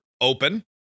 open